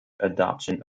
adoption